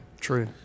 True